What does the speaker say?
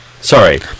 Sorry